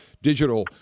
digital